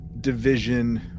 division